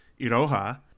Iroha